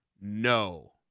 no